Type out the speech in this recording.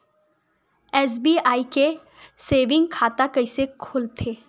SBI के saving खाता कइसे खोलथे?